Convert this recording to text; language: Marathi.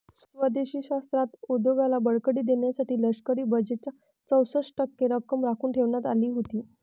स्वदेशी शस्त्रास्त्र उद्योगाला बळकटी देण्यासाठी लष्करी बजेटच्या चौसष्ट टक्के रक्कम राखून ठेवण्यात आली होती